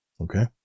Okay